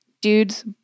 Dude's